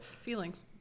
feelings